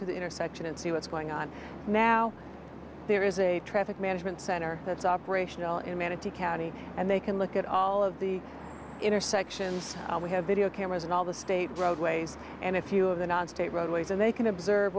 to the intersection and see what's going on now there is a traffic management center that's operational in manatee county and they can look at all of the intersections we have video cameras and all the state roadways and a few of the non state roadways and they can observe